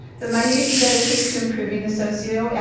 the money that you dedicate to improving the social,